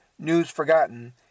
NewsForgotten